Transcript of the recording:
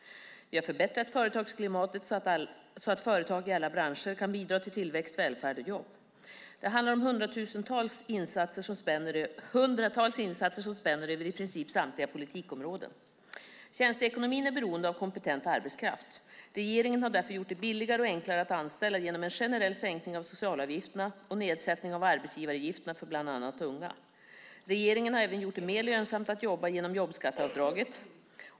Vi har förbättrat företagsklimatet så att företag i alla branscher kan bidra till tillväxt, välfärd och jobb. Det handlar om hundratals insatser som spänner över i princip samtliga politikområden. Tjänsteekonomin är beroende av kompetent arbetskraft. Regeringen har därför gjort det billigare och enklare att anställa genom en generell sänkning av socialavgifterna och nedsättning av arbetsgivaravgifterna för bland annat unga. Regeringen har även gjort det mer lönsamt att jobba genom jobbskatteavdraget.